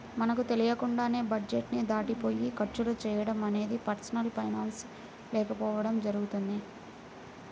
మనకు తెలియకుండానే బడ్జెట్ ని దాటిపోయి ఖర్చులు చేయడం అనేది పర్సనల్ ఫైనాన్స్ లేకపోవడం జరుగుతుంది